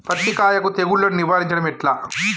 పత్తి కాయకు తెగుళ్లను నివారించడం ఎట్లా?